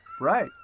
Right